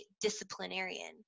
disciplinarian